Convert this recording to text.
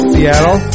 Seattle